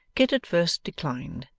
kit at first declined,